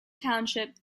township